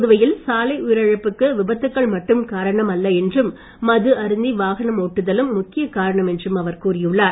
புதுவையில் சாலை உயிரிழப்புக்கு விபத்துகள் மட்டும் காரணம் அல்ல என்றும் மது அருந்தி வாகனம் ஓட்டுதலும் முக்கிய காரணம் என்றும் அவர் கூறியுள்ளார்